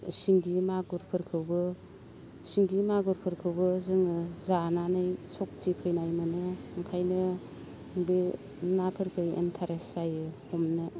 सिंगि मागुरफोरखौबो सिंगि मागुरफोरखौबो जोङो जानानै सखथि फैनाय मोनो ओंखायनो बे नाफोरखै इन्ट्रेस्ट जायो हमनो